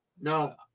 No